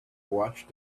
watched